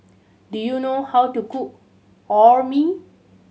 do you know how to cook Orh Nee